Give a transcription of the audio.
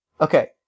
Okay